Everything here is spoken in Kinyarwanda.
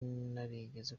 narigeze